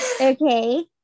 Okay